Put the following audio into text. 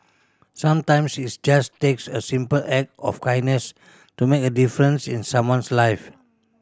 sometimes its just takes a simple act of kindness to make a difference in someone's life